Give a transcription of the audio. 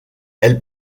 elle